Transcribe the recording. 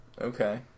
Okay